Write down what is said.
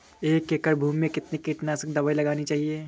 एक एकड़ भूमि में कितनी कीटनाशक दबाई लगानी चाहिए?